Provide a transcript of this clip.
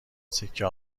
سکه